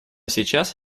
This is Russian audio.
сейчас